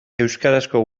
euskarazko